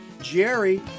Jerry